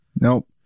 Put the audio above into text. Nope